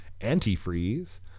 Antifreeze